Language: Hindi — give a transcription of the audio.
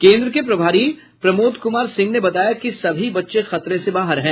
केन्द्र के प्रभारी प्रमोद कुमार सिंह ने बताया कि सभी बच्चे खतरे से बाहर हैं